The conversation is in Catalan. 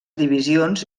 divisions